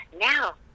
now